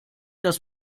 das